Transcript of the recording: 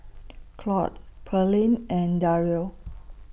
Claud Pearlene and Dario